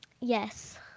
Yes